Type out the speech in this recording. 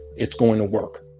it's going to work